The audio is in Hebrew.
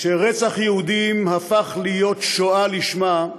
כשרצח יהודים הפך להיות שואה לשמה,